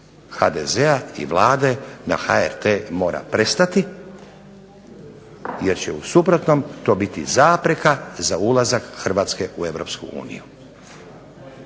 HDZ-a i Vlade na HRT mora prestati jer će u suprotnom to biti zapreka za ulazak Hrvatske u